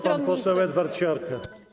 Pan poseł Edward Siarka.